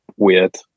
Weird